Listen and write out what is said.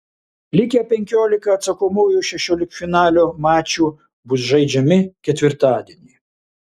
likę penkiolika atsakomųjų šešioliktfinalio mačų bus žaidžiami ketvirtadienį